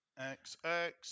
XX